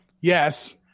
Yes